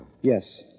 Yes